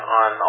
on